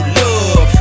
love